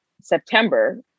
September